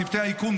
צוותי האיכון,